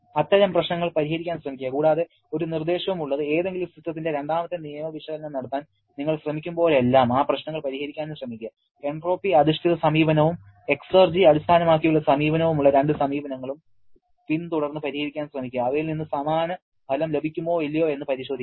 അത്തരം പ്രശ്നങ്ങൾ പരിഹരിക്കാൻ ശ്രമിക്കുക കൂടാതെ ഒരു നിർദ്ദേശവും ഉള്ളത് ഏതെങ്കിലും സിസ്റ്റത്തിന്റെ രണ്ടാമത്തെ നിയമ വിശകലനം നടത്താൻ നിങ്ങൾ ശ്രമിക്കുമ്പോഴെല്ലാം ആ പ്രശ്നങ്ങൾ പരിഹരിക്കാനും ശ്രമിക്കുക എൻട്രോപ്പി അധിഷ്ഠിത സമീപനവും എക്സർജി അടിസ്ഥാനമാക്കിയുള്ള സമീപനവുമുള്ള രണ്ട് സമീപനങ്ങളും പിന്തുടർന്ന് പരിഹരിക്കാൻ ശ്രമിക്കുക അവയിൽ നിന്ന് സമാന ഫലം ലഭിക്കുമോ ഇല്ലയോ എന്ന് പരിശോധിക്കുക